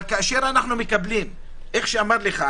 אנחנו ועדה שפתוחה לכל הכיוונים.